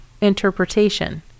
interpretation